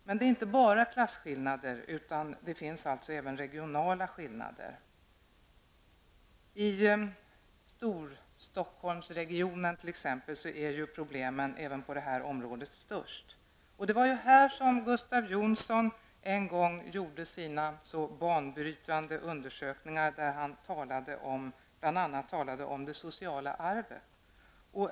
Men det är inte bara fråga om klasskillnader, utan det finns även regionala skillnader. I t.ex. Storstockholmsregionen är problemen även på det här området störst. Det var ju här som Gustav Jonsson en gång gjorde sina så banbrytande undersökningar, i vilka han bl.a. talade om det sociala arvet.